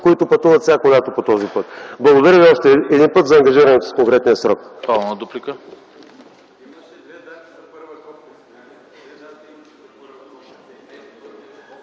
които пътуват всяко лято по този път. Благодаря Ви още един път за ангажирането с конкретния срок.